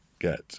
Get